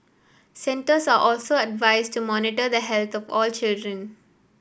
centres are also advised to monitor the health of all children